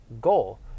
goal